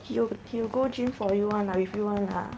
he will he will go gym for you [one] with you [one] lah